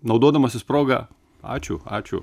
naudodamasis proga ačiū ačiū